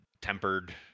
tempered